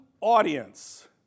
audience